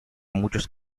muchos